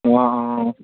অঁ অঁ